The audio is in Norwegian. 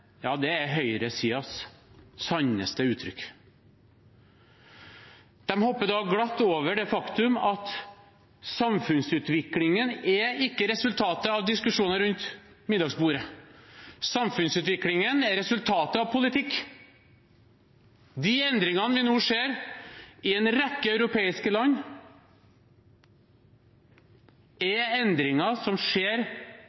er høyresidens sanneste uttrykk. De hopper da glatt over det faktum at samfunnsutviklingen ikke er resultatet av diskusjoner rundt middagsbordet. Samfunnsutviklingen er resultatet av politikk. De endringene vi nå ser i en rekke europeiske land,